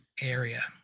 area